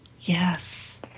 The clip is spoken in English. Yes